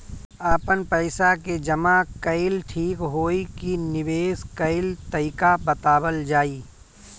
आपन पइसा के जमा कइल ठीक होई की निवेस कइल तइका बतावल जाई?